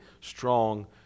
strong